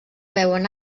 beuen